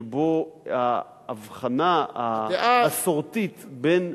שבו ההבחנה המסורתית בין